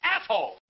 asshole